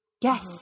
Yes